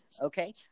Okay